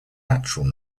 natural